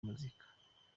muzika